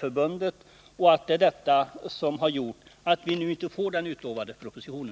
har bromsat och att det är detta som har gjort att vi nu inte får den utlovade propositionen?